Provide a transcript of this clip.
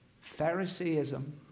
Phariseeism